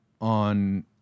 on